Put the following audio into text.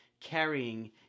carrying